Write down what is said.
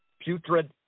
putrid